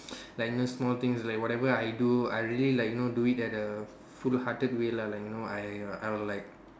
like you know small things like whatever I do I really like you know do it at the full hearted way lah like you know I will like